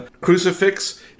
crucifix